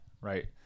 right